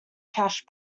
cash